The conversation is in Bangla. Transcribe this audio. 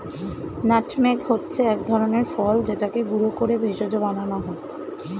নাটমেগ হচ্ছে এক ধরনের ফল যেটাকে গুঁড়ো করে ভেষজ বানানো হয়